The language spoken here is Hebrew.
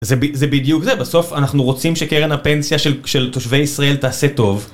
זה בדיוק זה, בסוף אנחנו רוצים שקרן הפנסיה של תושבי ישראל תעשה טוב.